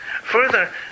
Further